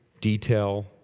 detail